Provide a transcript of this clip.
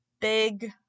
big